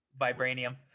Vibranium